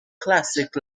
classic